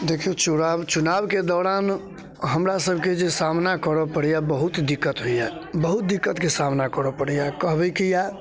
देखिऔ चुनाव चुनावके दौरान हमरा सबके जे सामना करऽ पड़ैया बहुत दिक्कत होइया बहुत दिक्कतके समाना करऽ पड़ैया कहबै किआ